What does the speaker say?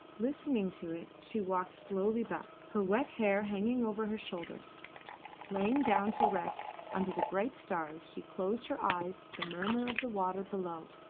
listening to it she walked slowly back, her wet hair hanging over her shoulders laying down to rest under the bright stars, she closed her eyes to the murmur of the water below,